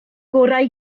gorau